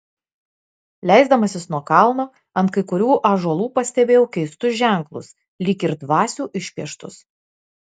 leisdamasis nuo kalno ant kai kurių ąžuolų pastebėjau keistus ženklus lyg ir dvasių išpieštus